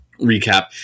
recap